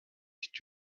did